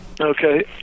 Okay